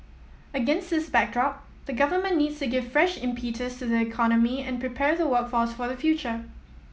against this backdrop the Government needs to give fresh impetus to the economy and prepare the workforce for the future